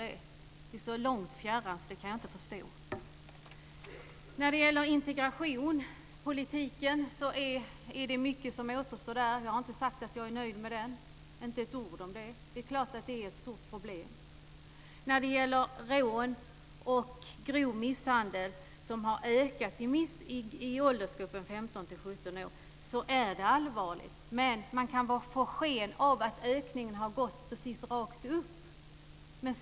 Det är så fjärran så det kan jag inte förstå. När det gäller rån och grov misshandel, som har ökat i åldersgruppen 15-17 år, är läget allvarligt. Men man kan få skenet att det har varit en ökning precis rakt upp.